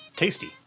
tasty